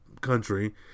country